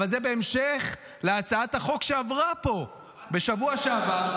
אבל זה בהמשך להצעת החוק שעברה פה בשבוע שעבר.